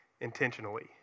intentionally